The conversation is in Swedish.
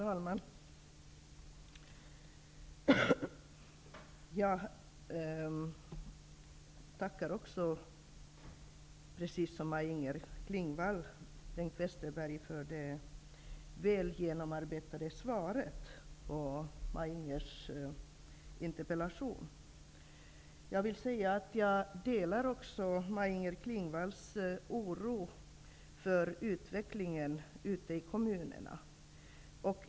Fru talman! Jag vill liksom Maj-Inger Klingvall tacka Bengt Westerberg för det väl genomarbetade svaret på Maj-Inger Klingvalls interpellation. Jag delar Maj-Inger Klingvalls oro för utvecklingen ute i kommunerna.